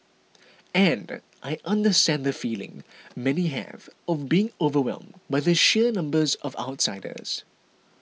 and I understand the feeling many have of being overwhelmed by the sheer numbers of outsiders